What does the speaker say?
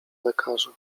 lekarza